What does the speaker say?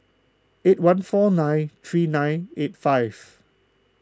eight one four nine three nine eight five